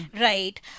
right